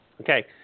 Okay